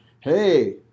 hey